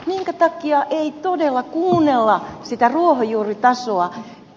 minkä takia ei todella kuunnella sitä ruohonjuuritasoa